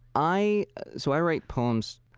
i so i write poems,